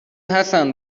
حسن